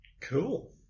Cool